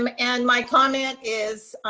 um and my comment is,